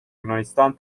yunanistan